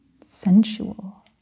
sensual